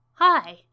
Hi